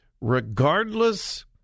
regardless